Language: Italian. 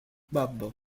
babbo